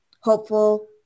hopeful